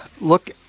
look